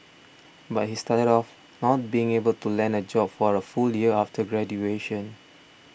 but he started off not being able to land a job for a full year after graduation